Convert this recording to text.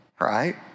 Right